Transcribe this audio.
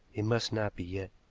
it must not be yet.